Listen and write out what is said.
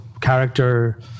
character